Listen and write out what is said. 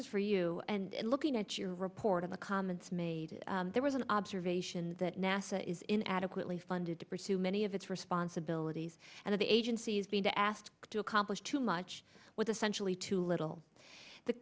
is for you and looking at your report of the comments made there was an observation that nasa is in adequately funded to pursue many of its responsibilities and the agency's being to asked to accomplish too much with essentially too little the